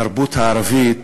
בתרבות הערבית